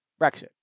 Brexit